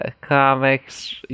comics